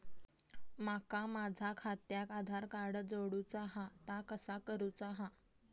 माका माझा खात्याक आधार कार्ड जोडूचा हा ता कसा करुचा हा?